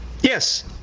Yes